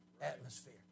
atmosphere